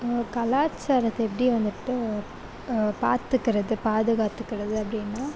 கலாச்சாரத்தை எப்படி வந்துட்டு பார்த்துக்கறது பாதுகாத்துக்கிறது அப்படின்னா